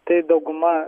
tai dauguma